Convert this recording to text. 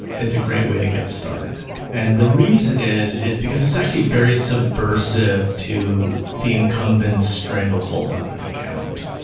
it's a great way to get started. and the reason is, is because it's actually very subversive to the incumbent stranglehold on an account,